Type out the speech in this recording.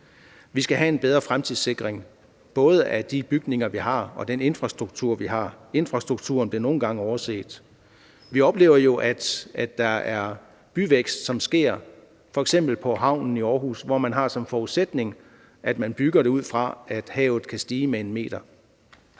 Vi skal have en bedre fremtidssikring, både af de bygninger, vi har, og af den infrastruktur, vi har. Infrastrukturen bliver nogle gange overset. Vi oplever jo, at der sker byvækst – som f.eks. på havnen i Aarhus – hvor man bygger ud fra den forudsætning, at havet kan stige med 1 m.